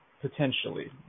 potentially